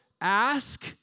ask